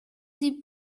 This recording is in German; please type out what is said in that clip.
sie